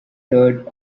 third